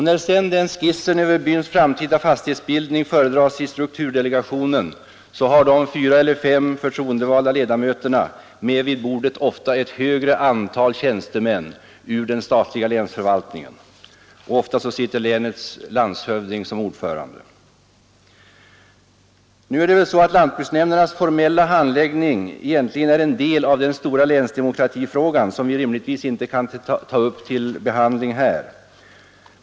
När sedan skissen över byns framtida fastighetsbildning föredras i strukturdelegationen, har de fyra eller fem förtroendevalda ledamöterna ofta med vid bordet ett större antal tjänstemän ur den statliga länsförvaltningen, och i många fall sitter landshövdingen som ordförande. Nu är lantbruksnämndernas formella handläggning egentligen en del av den stora länsdemokratifrågan, som vi rimligtvis inte kan ta upp till behandling här.